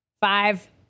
five